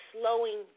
slowing